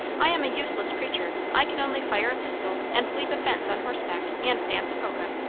i am a useless creature i can only fire a pistol, and leap a fence on horseback, and dance a polka.